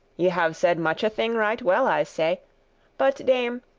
ye have said muche thing right well, i say but, dame,